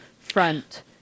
front